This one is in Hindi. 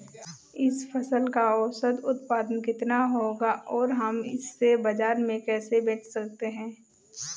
इस फसल का औसत उत्पादन कितना होगा और हम इसे बाजार में कैसे बेच सकते हैं?